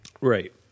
Right